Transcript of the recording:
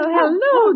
Hello